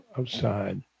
outside